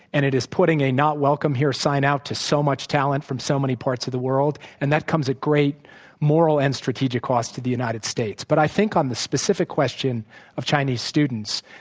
and it is putting a not welcome here sign out to so much talent from so many parts of the world. and that comes at great moral and strategic cost to the united states. but i think, on the specific question of chinese students,